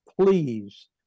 please